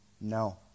No